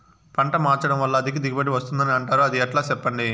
పంట మార్చడం వల్ల అధిక దిగుబడి వస్తుందని అంటారు అది ఎట్లా సెప్పండి